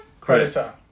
Creditor